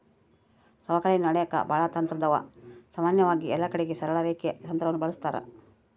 ಸವಕಳಿಯನ್ನ ಅಳೆಕ ಬಾಳ ತಂತ್ರಾದವ, ಸಾಮಾನ್ಯವಾಗಿ ಎಲ್ಲಕಡಿಗೆ ಸರಳ ರೇಖೆ ತಂತ್ರವನ್ನ ಬಳಸ್ತಾರ